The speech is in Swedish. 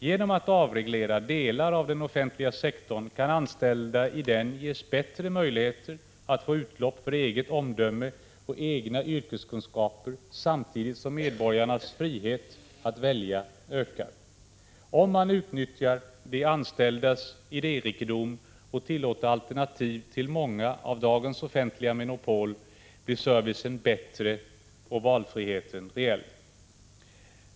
Genom att delar av den offentliga sektorn avregleras kan anställda i den ges bättre möjligheter att få utlopp för eget omdöme och egna yrkeskunskaper, samtidigt som medborgarnas frihet att välja ökar. Om man utnyttjar de anställdas idérikedom och tillåter alternativ till många av dagens offentliga monopol, blir servicen bättre och valfriheten reell.